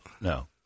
No